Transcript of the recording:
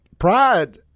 Pride